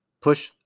push